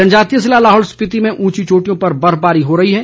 जनजातीय जिला लाहौल स्पीति में ऊंची चोटियों पर बर्फबारी हो रही है